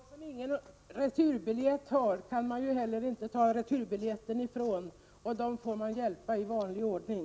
Herr talman! De som ingen returbiljett har kan man ju inte heller ta returbiljetten ifrån. Dem får man hjälpa i vanlig ordning.